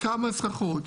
כמה סככות?